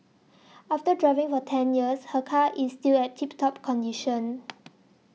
after driving for ten years her car is still at tip top condition